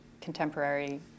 contemporary